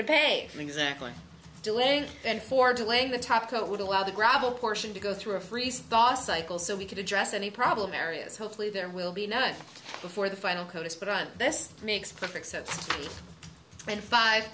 to pay for exactly and for delaying the topcoat would allow the gravel portion to go through a freeze thaw cycle so we could address any problem areas hopefully there will be enough before the final code is put on this makes perfect sense and five